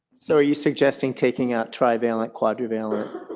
so are you suggesting taking out trivalent, quadrivalent,